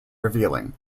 revealing